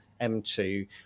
m2